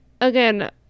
again